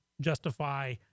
justify